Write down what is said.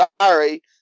Sorry